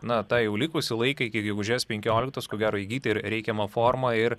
na tą jau likusį laiką iki gegužės penkioliktos ko gero įgyti reikiamą formą ir